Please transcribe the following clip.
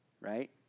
right